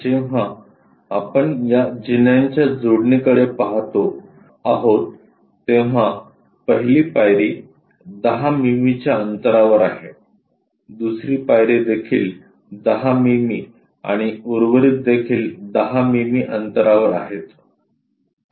जेव्हा आपण या जीन्यांच्या जोडणी कडे पाहतो आहोत तेव्हा पहिली पायरी 10 मिमीच्या अंतरावर आहे दुसरी पायरी देखील 10 मिमी आणि उर्वरित देखील 10 मिमी अंतरावर आहेत